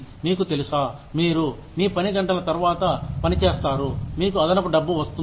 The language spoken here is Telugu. మీకు తెలుసా మీరు మీ పని గంటల తర్వాత పని చేస్తారు మీకు అదనపు డబ్బు వస్తుంది